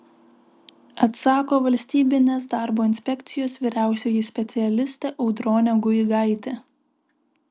atsako valstybinės darbo inspekcijos vyriausioji specialistė audronė guigaitė